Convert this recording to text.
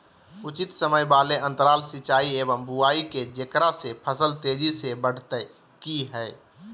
उचित समय वाले अंतराल सिंचाई एवं बुआई के जेकरा से फसल तेजी से बढ़तै कि हेय?